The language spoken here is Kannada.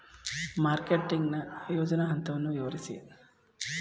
ಮಾರ್ಕೆಟಿಂಗ್ ನ ಯೋಜನಾ ಹಂತವನ್ನು ವಿವರಿಸಿ?